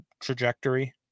trajectory